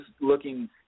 looking